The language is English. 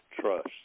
trust